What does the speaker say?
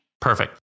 Perfect